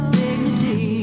dignity